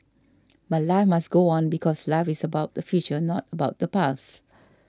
but life must go on because life is about the future not about the past